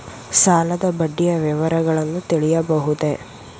ಸಾಲದ ಬಡ್ಡಿಯ ವಿವರಗಳನ್ನು ತಿಳಿಯಬಹುದೇ?